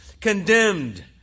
Condemned